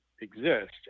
exist